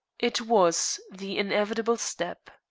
it was the inevitable step.